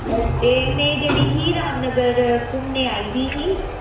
ते मैं जेह्ड़ी ही रामनगर घूमने आई दी ही